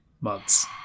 months